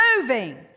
moving